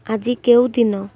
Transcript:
ଆଜି କେଉଁଦିନ